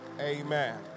Amen